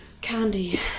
Candy